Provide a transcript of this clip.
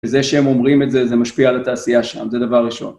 וזה שהם אומרים את זה, זה משפיע על התעשייה שם, זה דבר ראשון.